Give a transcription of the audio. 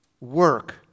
work